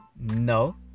No